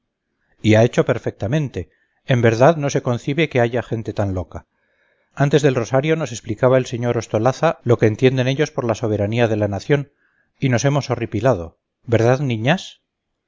y ha hecho perfectamente en verdad no se concibe que haya gente tan loca antes del rosario nos explicaba el sr ostolaza lo que entienden ellos por la soberanía de la nación y nos hemos horripilado verdad niñas